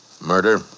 Murder